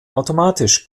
automatisch